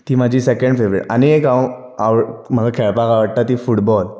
ती म्हाजी second favourite आनी एक हांव म्हाका खेळपाक आवडटा ती फूटबॉल